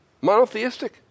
monotheistic